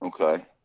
Okay